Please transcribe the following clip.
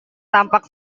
tampak